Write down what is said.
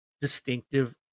distinctive